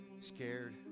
scared